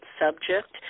subject